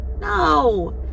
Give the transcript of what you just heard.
no